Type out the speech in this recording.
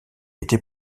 été